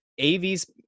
AVs